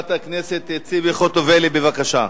חברת הכנסת ציפי חוטובלי, בבקשה.